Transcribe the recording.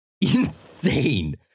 insane